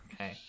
Okay